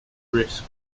risk